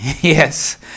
yes